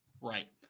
Right